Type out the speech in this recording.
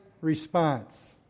response